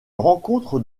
rencontre